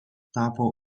tapo